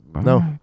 No